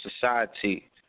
society